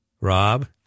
Rob